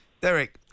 Derek